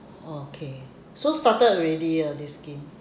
oh okay so started already ah this scheme